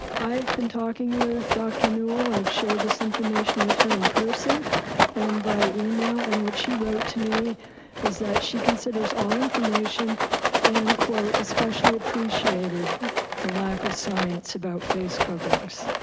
i've been talking with dr. newell. i've shared this information with her in person and via email and what she wrote to me is that she considers all information and quote, especially appreciated the lack of science about face coverings.